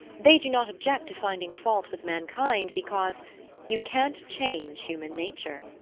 they do not object to finding fault with mankind because you can't change human nature,